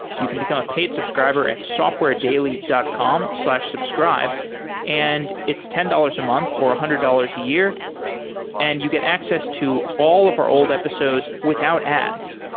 you can become a paid subscriber at softwaredaily dot com slash subscribe and it's ten dollars a month or one hundred dollars a year and you get access to all of our old episodes without ads.